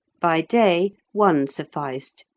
by day one sufficed,